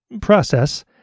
process